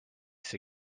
see